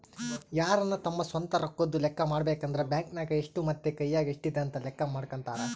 ಯಾರನ ತಮ್ಮ ಸ್ವಂತ ರೊಕ್ಕದ್ದು ಲೆಕ್ಕ ಮಾಡಬೇಕಂದ್ರ ಬ್ಯಾಂಕ್ ನಗ ಎಷ್ಟು ಮತ್ತೆ ಕೈಯಗ ಎಷ್ಟಿದೆ ಅಂತ ಲೆಕ್ಕ ಮಾಡಕಂತರಾ